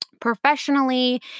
professionally